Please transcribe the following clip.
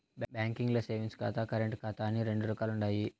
బాంకీల్ల సేవింగ్స్ ఖాతా, కరెంటు ఖాతా అని రెండు రకాలుండాయి